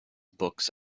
books